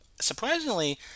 surprisingly